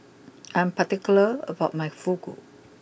I'm particular about my Fugu